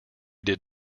did